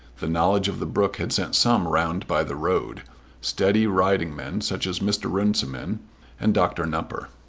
the knowledge of the brook had sent some round by the road steady riding men such as mr. runciman and doctor nupper.